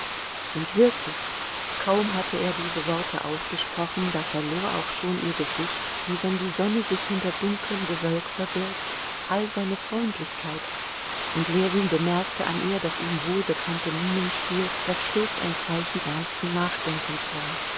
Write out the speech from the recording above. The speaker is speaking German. und wirklich kaum hatte er diese worte ausgesprochen da verlor auch schon ihr gesicht wie wenn die sonne sich hinter dunklem gewölk verbirgt all seine freundlichkeit und ljewin bemerkte an ihr das ihm wohlbekannte mienenspiel das stets ein zeichen ernsten nachdenkens war